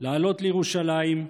לעלות לירושלים,